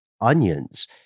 onions